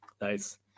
Nice